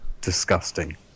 disgusting